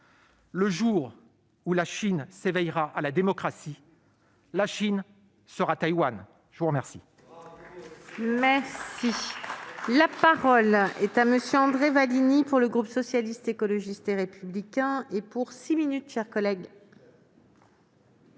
le jour où la Chine s'éveillera à la démocratie, la Chine sera Taïwan ! Bravo ! Excellent